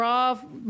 Raw